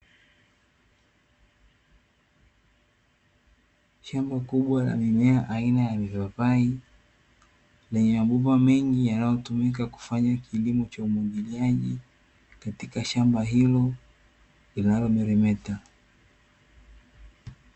Shamba kubwa la mimea aina ya mipapai, lenye mabomba mengi yanayotumika kufanya kilimo cha umwagiliaji, katika shamba hilo linalomeremeta.